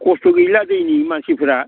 खस्थ' गैला दैनि मानसिफ्रा